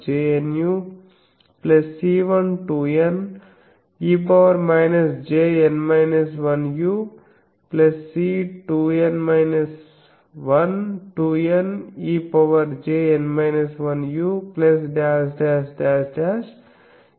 2C02NcosNu2C12Ncosu